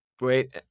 Wait